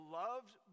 loved